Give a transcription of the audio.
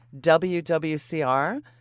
WWCR